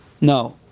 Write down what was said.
No